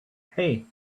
hey